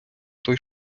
той